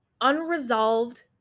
unresolved